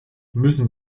müssen